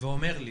ואומר לי